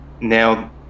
now